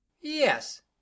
yes